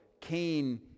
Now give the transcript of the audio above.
Cain